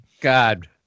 God